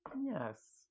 Yes